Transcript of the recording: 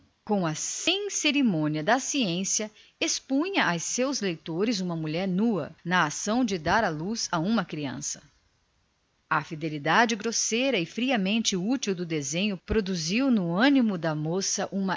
com a fria sem cerimônia da ciência expunha aos seus leitores uma mulher no momento de dar à luz o filho a fidelidade indecorosa e séria da estampa produziu no ânimo da moça uma